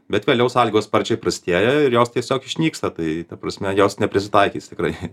bet vėliau sąlygos sparčiai prastėja ir jos tiesiog išnyksta tai ta prasme jos neprisitaikys tikrai